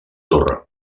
torre